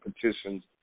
petitions